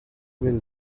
will